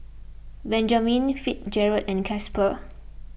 Benjamen Fitzgerald and Casper